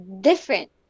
different